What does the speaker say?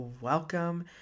welcome